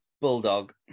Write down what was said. bulldog